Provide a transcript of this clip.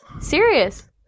Serious